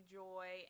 joy